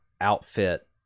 outfit